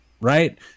right